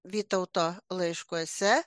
vytauto laiškuose